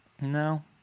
No